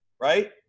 right